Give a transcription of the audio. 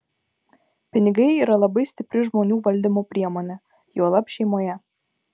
pinigai yra labai stipri žmonių valdymo priemonė juolab šeimoje